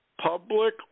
public